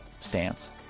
stance